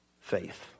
faith